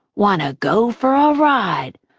want to go for a ride.